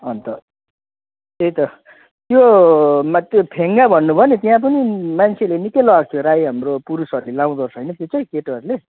अन्त त्यही त त्यो मा त्यो फेङ्गा भन्नुभयो नि त्यहाँ पनि मान्छेहरूले निकै लगाएको थियो राई हाम्रो पुरुषहरूले लगाउँदो रहेछ होइन त्यो चाहिँ केटाहरूले